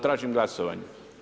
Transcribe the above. Tražim glasovanje.